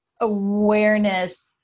awareness